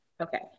Okay